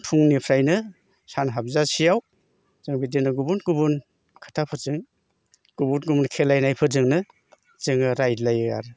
फुंनिफ्रायनो सान हाबजासेयाव जों बिदिनो गुबुन गुबुन खोथाफोरजों गुबुन गुबुन खोलायनायफोरजोंनो जोङो रायलायो आरो